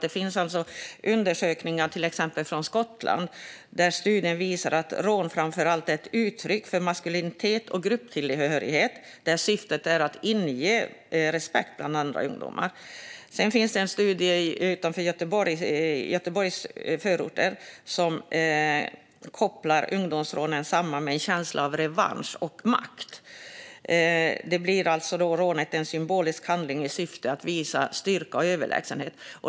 Det finns nämligen undersökningar från till exempel Skottland som visar att rån framför allt är ett uttryck för maskulinitet och grupptillhörighet och att syftet är att inge respekt bland andra ungdomar. Det finns även en studie som gjorts i Göteborgs förorter där ungdomsrånen kopplas samman med en känsla av revansch och makt. Rånet blir alltså en symbolisk handling med syfte att visa styrka och överlägsenhet.